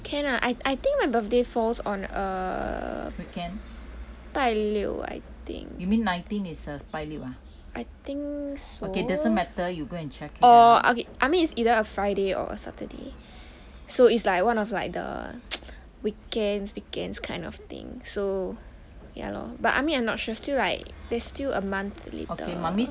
can ah I I think my birthday falls on a 拜六 I think or I mean it's either a friday or a saturday so it's like the one of like the weekends weekends kind of thing so ya lor but I mean I'm not sure still like there's still a month later the mummy still have to tell you okay you you you just remember this for me on the eighteen mummy have celebration with my friends I mean one of their birthday lah